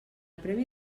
premi